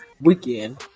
weekend